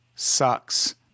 Sucks